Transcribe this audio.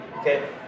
Okay